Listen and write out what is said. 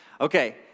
Okay